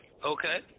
Okay